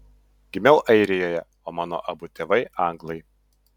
gimiau airijoje o mano abu tėvai anglai